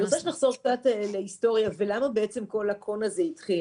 אני רוצה שנחזור קצת להיסטוריה ולמה בעצם כל זה התחיל.